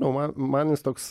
nu man man jis toks